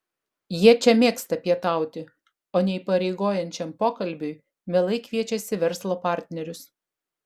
jie čia mėgsta pietauti o neįpareigojančiam pokalbiui mielai kviečiasi verslo partnerius